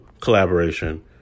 collaboration